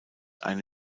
eine